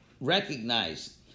recognize